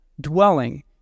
dwelling